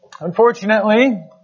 unfortunately